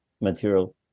material